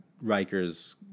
Riker's